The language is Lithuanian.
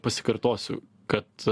pasikartosiu kad